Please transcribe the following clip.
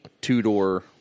two-door